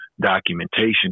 documentation